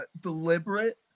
deliberate